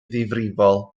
ddifrifol